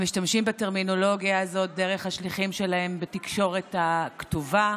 הם משתמשים בטרמינולוגיה הזאת דרך השליחים שלהם בתקשורת הכתובה,